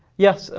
yes.